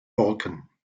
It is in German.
borken